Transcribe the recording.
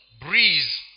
breeze